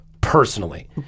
personally